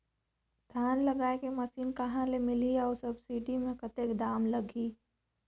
धान जगाय के मशीन कहा ले मिलही अउ सब्सिडी मे कतेक दाम लगही?